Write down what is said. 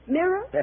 Mirror